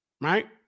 right